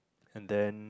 and then